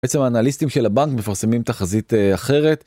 בעצם האנליסטים של הבנק מפרסמים תחזית אחרת.